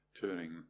turning